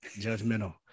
Judgmental